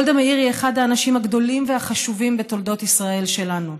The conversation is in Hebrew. גולדה מאיר היא אחד האנשים הגדולים והחשובים בתולדות ישראל שלנו,